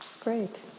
Great